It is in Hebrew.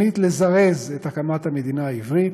שנית, לזרז את הקמת המדינה העברית,